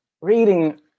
reading